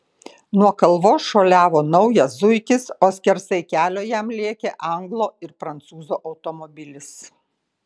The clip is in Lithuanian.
nuo kalvos šuoliavo naujas zuikis o skersai kelio jam lėkė anglo ir prancūzo automobilis